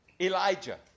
Elijah